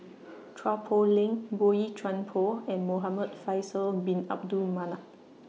Chua Poh Leng Boey Chuan Poh and Muhamad Faisal Bin Abdul Manap